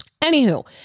Anywho